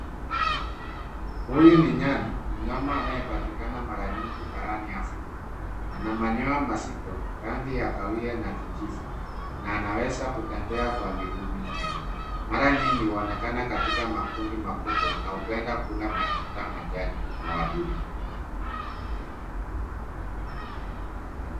Huyu ni nyani. Mnyama anayepatikana mara nyingi barani Afrika. Ana manyoya mazito rangi ya kahawia na kijivu na anaweza kutembea kwa miguu minne. Mara nyingi huonekana kwa makundi makubwa na hupenda kula matunda, majani na wadudu.